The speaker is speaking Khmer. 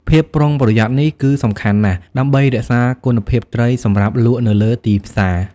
ភាពប្រុងប្រយ័ត្ននេះគឺសំខាន់ណាស់ដើម្បីរក្សាគុណភាពត្រីសម្រាប់លក់នៅលើទីផ្សារ។